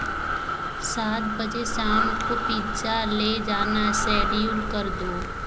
सात बजे शाम को पिज़्ज़ा ले जाना सेड्यूल कर दो